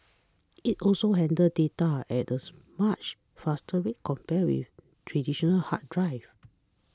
it also handles data at as much faster rate compared with traditional hard drives